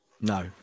No